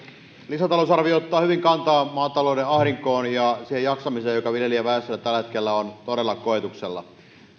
lisätalousarvio ottaa hyvin kantaa maatalouden ahdinkoon ja siihen jaksamiseen joka viljelijäväestöllä tällä hetkellä on todella koetuksella